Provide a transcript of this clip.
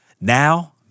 Now